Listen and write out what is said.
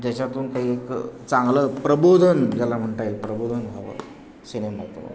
ज्याच्यातून काही एक चांगलं प्रबोधन ज्याला म्हणता येत प्रबोधन हवं सिनेमा